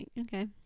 okay